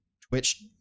Twitch